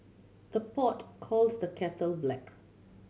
the pot calls the kettle black